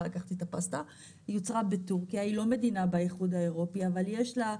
היא לא מדינה באיחוד האירופי אבל יש לה,